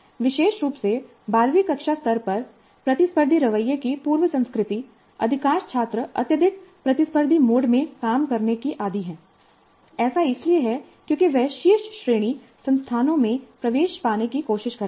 विशेष रूप से बारहवीं कक्षा स्तर पर प्रतिस्पर्धी रवैये की पूर्व संस्कृति अधिकांश छात्र अत्यधिक प्रतिस्पर्धी मोड में काम करने के आदी हैं ऐसा इसलिए है क्योंकि वे शीर्ष श्रेणी संस्थानों में प्रवेश पाने की कोशिश कर रहे हैं